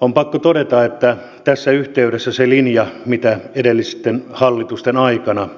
on pakko todeta tässä yhteydessä se linja mitä edellisten hallitusten aikana